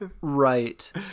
right